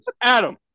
Adam